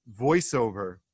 voiceover